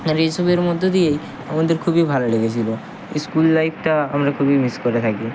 আর এই সবের মধ্য দিয়েই আমাদের খুবই ভালো লেগেছিলো স্কুল লাইফটা আমরা খুবই মিস করে থাকি